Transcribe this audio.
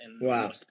Wow